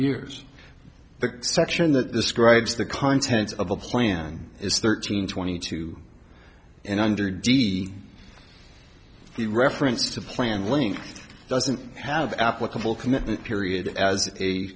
years the section that describes the contents of the plan is thirteen twenty two and under d the reference to plan link doesn't have applicable commitment period as a